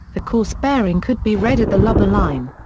the course bearing could be read at the lubber line.